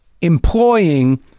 employing